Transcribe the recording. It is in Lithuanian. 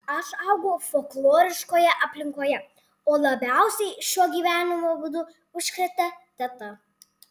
aš augau folkloriškoje aplinkoje o labiausiai šiuo gyvenimo būdu užkrėtė teta